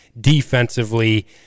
defensively